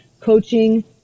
coaching